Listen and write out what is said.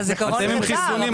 אתם עם חיסונים.